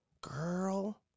Girl